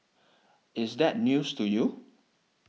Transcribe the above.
is that news to you